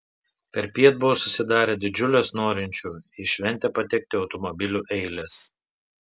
perpiet buvo susidarę didžiulės norinčiųjų į šventę patekti automobiliu eilės